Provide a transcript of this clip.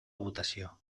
votació